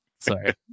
Sorry